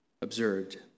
observed